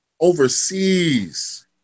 overseas